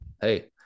hey